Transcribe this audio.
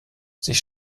sich